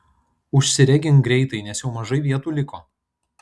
užsiregink greitai nes jau mažai vietų liko